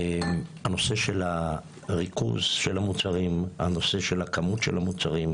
הנושא של ריכוז המוצרים, כמות המוצרים,